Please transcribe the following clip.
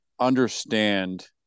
understand